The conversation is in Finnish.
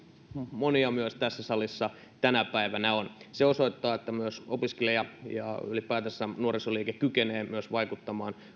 monia heistä myös tässä salissa tänä päivänä on se osoittaa että opiskelija ja ylipäätänsä nuorisoliike kykenee myös vaikuttamaan